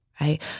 right